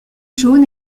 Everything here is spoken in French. jaune